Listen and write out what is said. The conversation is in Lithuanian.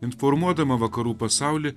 informuodama vakarų pasaulį